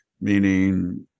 meaning